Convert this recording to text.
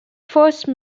force